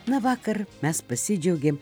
na vakar mes pasidžiaugėm